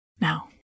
Now